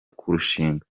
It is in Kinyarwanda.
kurushinga